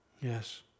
Yes